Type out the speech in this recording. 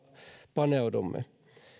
paneudumme